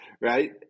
right